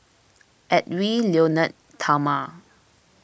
Edwy Lyonet Talma